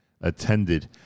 attended